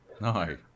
No